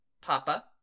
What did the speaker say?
Papa